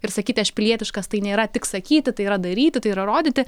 ir sakyti aš pilietiškas tai nėra tik sakyti tai yra daryti tai yra rodyti